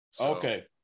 Okay